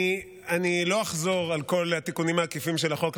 אני לא אחזור על כל התיקונים העקיפים של החוק.